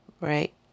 right